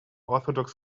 orthodox